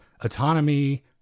autonomy